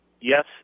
Yes